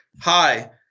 Hi